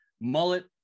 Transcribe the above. mullet